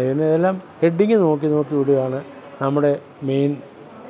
ഇതിൻ്റെ ഇതെല്ലാം ഹെഡിങ്ങ് നോക്കി നോക്കി വിടുകയാണ് നമ്മുടെ മെയിൻ